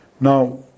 Now